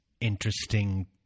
interesting